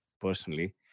personally